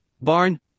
barn